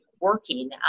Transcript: working